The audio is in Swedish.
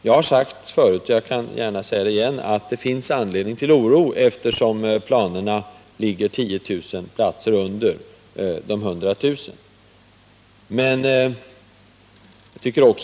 Jag har sagt det förut och jag kan gärna säga det igen, att det finns anledning till oro eftersom kommunernas planer ligger 10 000 platser under de 100 000 som har överenskommits.